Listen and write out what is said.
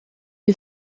est